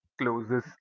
closes